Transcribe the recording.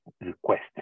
request